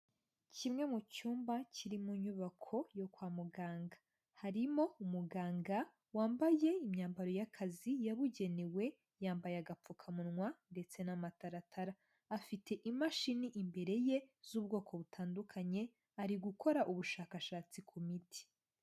Kimwe mu cyumba kiri mu nyubako yo kwa muganga, harimo umuganga wambaye imyambaro y'akazi yabugenewe, yambaye agapfukamunwa ndetse n'amataratara, afite imashini imbere ye z'ubwoko butandukanye ari gukora ubushakashatsi ku miti.